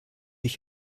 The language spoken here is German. ich